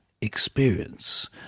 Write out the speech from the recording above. experience